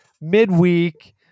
midweek